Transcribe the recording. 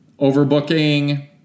Overbooking